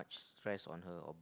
muhc stress on her or